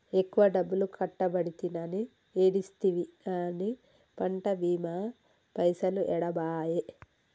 ఎక్కువ డబ్బులు కట్టబడితినని ఏడిస్తివి గాని పంట బీమా పైసలు ఏడబాయే